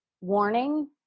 warning